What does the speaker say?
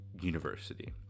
university